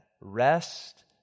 rest